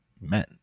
men